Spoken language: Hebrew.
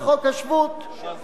מדחי אל דחי.